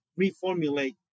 reformulate